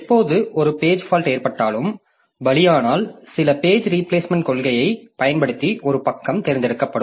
எப்போது ஒரு page fault ஏற்பட்டாலும் பலியானால் சில பேஜ் ரீபிளேஸ்மெண்ட்க் கொள்கையைப் பயன்படுத்தி ஒரு பக்கம் தேர்ந்தெடுக்கப்படும்